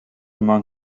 among